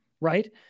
right